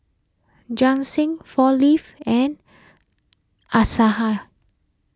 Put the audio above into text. four Leaves and Asahi